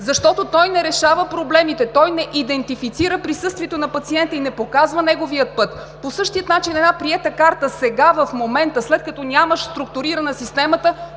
защото той не решава проблемите, той не идентифицира присъствието на пациента и не показва неговия път. По същия начин една приета карта сега, в момента, след като нямаме структурирана системата,